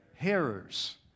Hearers